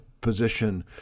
position